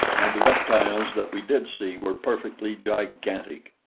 and the reptiles that we did see were perfectly gigantic.